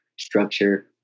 structure